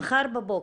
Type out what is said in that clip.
מחר בבוקר,